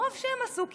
מרוב שהם עסוקים,